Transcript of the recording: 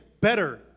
better